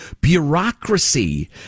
Bureaucracy